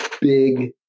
big